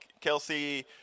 Kelsey